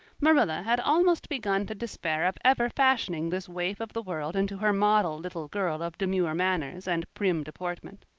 marilla had almost begun to despair of ever fashioning this waif of the world into her model little girl of demure manners and prim deportment.